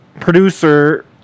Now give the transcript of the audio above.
producer